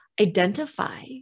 Identify